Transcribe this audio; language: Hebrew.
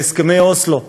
בהסכמי אוסלו.